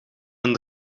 een